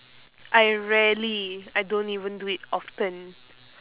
I rarely I don't even do it often